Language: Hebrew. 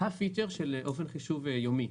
של אופן חישוב יומי.